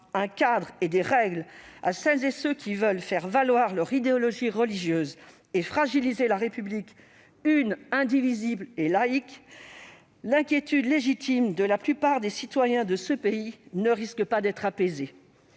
un cadre et des règles à celles et ceux qui veulent faire valoir leur idéologie religieuse et fragiliser la République une, indivisible et laïque, l'inquiétude légitime de la plupart des citoyens de ce pays ne risque pas d'être apaisée.